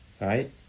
right